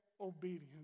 obedience